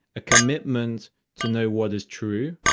a commitment to know what is true,